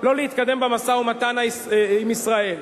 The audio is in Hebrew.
לא להתקדם במשא-ומתן עם ישראל,